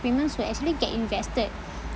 premiums will actually get invested